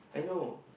I know